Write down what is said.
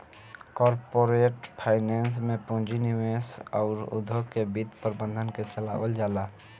corporate finance से पूंजी निवेश अउर उद्योग के वित्त प्रबंधन के चलावल जाला